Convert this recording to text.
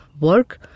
work